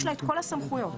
יש לה את כל הסמכויות האחרות.